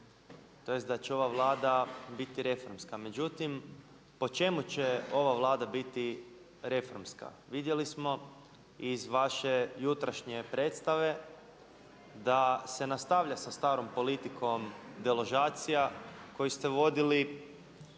tj. da će ova Vlada biti reformska. Međutim, po čemu će ova Vlada biti reformska? Vidjeli smo iz vaše jutrašnje predstave da se nastavlja sa starom politikom deložacija koju ste vodili